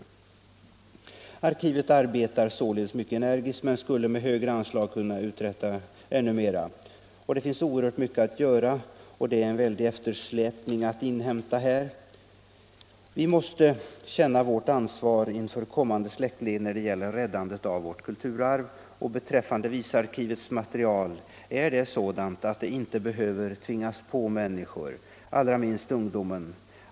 Arkivet arbetar mycket energiskt och ett högre anslag skulle avhjälpa mycket av den eftersläpning man har att inhämta. Vi måste känna vårt ansvar inför kommande släktled när det gäller räddandet av vårt kulturarv, och visarkivets material är sådant att det inte behöver tvingas på människor, allra minst ungdomen.